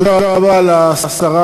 תודה רבה לשרה,